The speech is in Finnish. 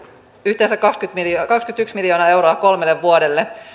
yhteensä kaksikymmentäyksi miljoonaa euroa kolmelle vuodelle